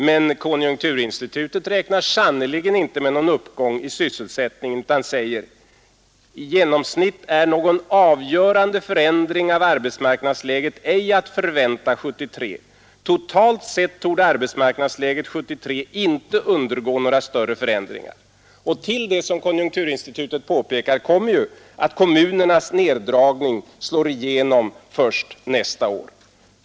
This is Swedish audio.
Men konjunkturinstitutet räknar sannerligen inte med någon uppgång i sysselsättningen utan säger att någon avgörande förändring av arbetsmarknadsläget är i genomsnitt ej att förvänta 1973. Totalt sett torde arbetsmarknadsläget 1973 inte undergå några större förändringar. Till det som konjunkturinstitutet påpekar kommer ju att kommunernas neddragning slår igenom först nästa år.